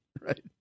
right